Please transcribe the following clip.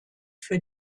für